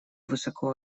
высоко